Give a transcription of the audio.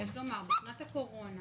יש לומר שבשנת הקורונה,